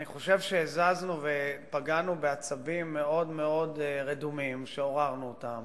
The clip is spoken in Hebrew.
אני חושב שהזזנו ופגענו בעצבים מאוד מאוד רדומים ועוררנו אותם,